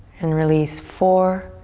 and release, four,